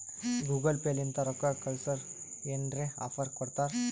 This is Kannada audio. ಗೂಗಲ್ ಪೇ ಲಿಂತ ರೊಕ್ಕಾ ಕಳ್ಸುರ್ ಏನ್ರೆ ಆಫರ್ ಕೊಡ್ತಾರ್